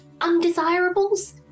undesirables